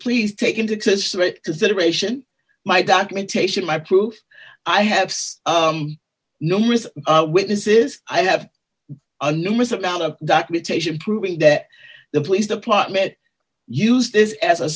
please take in texas consideration my documentation my proof i have numerous witnesses i have a numerous amount of documentation proving that the police department used this as a